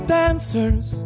dancers